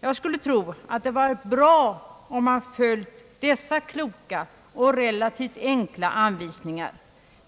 Jag skulle tro att det hade varit bra om man följt dessa kloka ord och relativt enkla anvisningar.